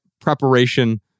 preparation